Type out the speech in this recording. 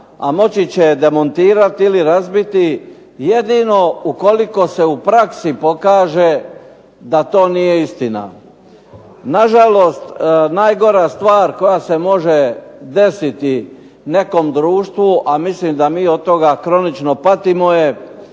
a moći će demontirati ili razbiti jedino ukoliko se u praksi pokaže da to nije istina. Na žalost najgora stvar koja se može desiti nekom društvu, a mislim da mi od toga kronično patimo je